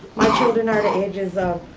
my children are the ages of